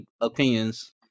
opinions